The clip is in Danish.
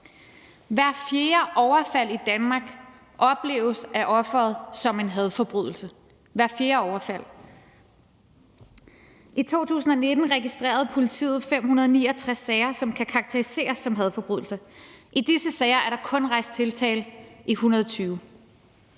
Hvert fjerde overfald i Danmark opleves af offeret som en hadforbrydelse – hvert fjerde overfald. I 2019 registrerede politiet 569 sager, som kan karakteriseres som hadforbrydelser. I disse sager er der kun rejst tiltale i 120